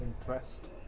interest